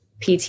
PT